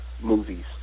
movies